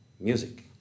music